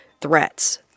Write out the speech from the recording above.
threats